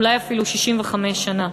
אולי אפילו 65 שנה,